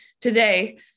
today